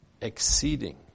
exceeding